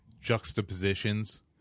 juxtapositions